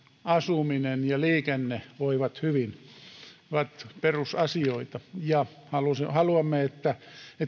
asuminen ja liikenne voivat hyvin ne ovat perusasioita ja haluamme että